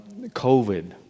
COVID